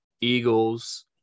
Eagles